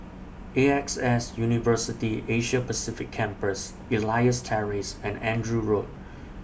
A X S University Asia Pacific Campus Elias Terrace and Andrew Road